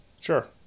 Sure